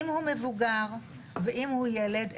אם הוא מבוגר ואם הוא ילד,